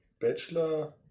bachelor